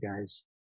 guys